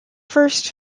first